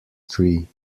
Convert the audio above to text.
tree